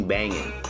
Banging